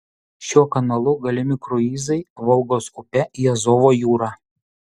šiuo kanalu galimi kruizai volgos upe į azovo jūrą